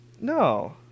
No